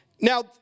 Now